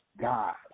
God